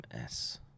MS